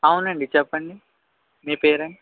అవునండి చెప్పండి మీ పేరండి